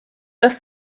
das